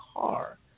car